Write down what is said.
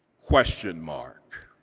question mark.